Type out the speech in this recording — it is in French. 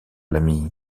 l’ami